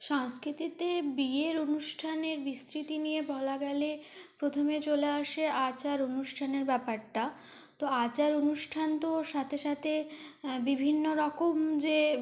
সংস্কৃতিতে বিয়ের অনুষ্ঠানের বিস্তৃতি নিয়ে বলা গেলে প্রথমে চলে আসে আচার অনুষ্ঠানের ব্যাপারটা তো আচার অনুষ্ঠান তো সাথে সাথে বিভিন্ন রকম যে